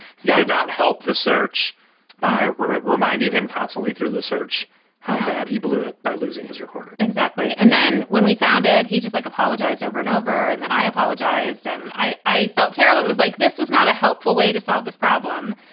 so not help the search by reminding him constantly through the search how bad he blew it by losing his recorder exactly. and then when we found it, he just like apologized over and over. and then i apologized and i i felt terrible. it was like this was not a helpful way to solve this problem.